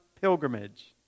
pilgrimage